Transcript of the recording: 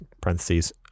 parentheses